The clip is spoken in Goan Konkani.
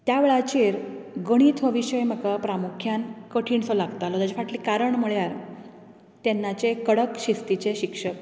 त्या वेळाचेर गणित हो विशय म्हाका प्रामुख्यान कठीण सो लागतालो तेजे फाटलें कारण म्हळ्यार तेन्नाचे कडक शिस्तिचे शिक्षक